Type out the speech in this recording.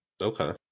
Okay